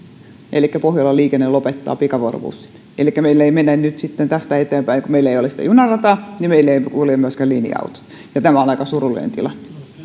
elikkä pohjolan liikenne lopettaa pikavuorobussit elikkä nyt sitten tästä eteenpäin kun meillä ei ole sitä junarataa meillä eivät kulje myöskään linja autot ja tämä on aika surullinen